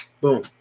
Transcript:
Boom